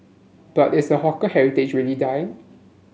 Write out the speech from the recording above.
but is the hawker heritage really die